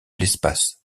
l’espace